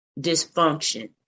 dysfunction